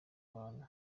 abantu